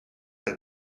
that